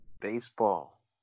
baseball